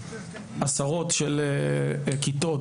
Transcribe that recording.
עשרות של כיתות,